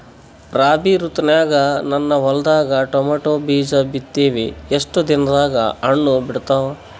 ರಾಬಿ ಋತುನಾಗ ನನ್ನ ಹೊಲದಾಗ ಟೊಮೇಟೊ ಬೀಜ ಬಿತ್ತಿವಿ, ಎಷ್ಟು ದಿನದಾಗ ಹಣ್ಣ ಬಿಡ್ತಾವ?